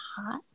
hot